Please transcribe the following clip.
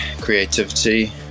creativity